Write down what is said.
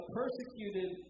persecuted